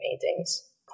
paintings